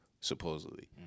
supposedly